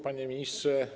Panie Ministrze!